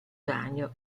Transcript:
ragno